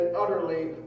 utterly